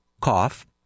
cough